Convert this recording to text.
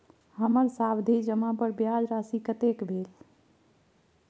हमर सावधि जमा पर ब्याज राशि कतेक भेल?